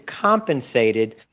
compensated